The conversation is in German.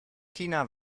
tina